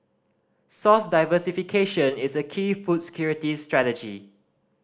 source diversification is a key food security strategy